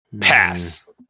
Pass